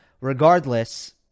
Regardless